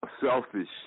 selfish